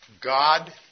God